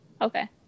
Okay